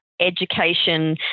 education